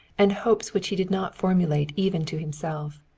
and hopes which he did not formulate even to himself.